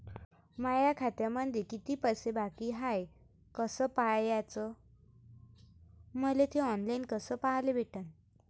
माया खात्यामंधी किती पैसा बाकी हाय कस पाह्याच, मले थे ऑनलाईन कस पाह्याले भेटन?